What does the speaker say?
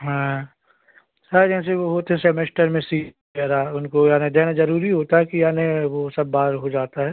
हाँ तो सर जैसे कि होते सेमेस्टर में सी वगैरह उनको यानी देना ज़रूरी होता कि यानी वह सब बार हो जाता है